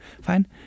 Fine